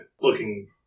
looking